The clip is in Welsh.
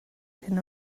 hyn